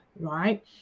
right